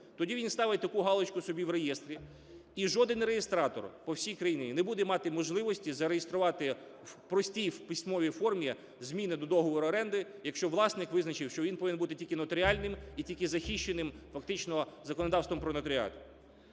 Тоді він ставить таку галочку собі в реєстрі - і жоден реєстратор по всій країні не буде мати можливості зареєструвати в простій в письмовій формі зміни до договору оренди, якщо власник визначив, що він повинен бути тільки нотаріальним і тільки захищеним фактично законодавством про нотаріат.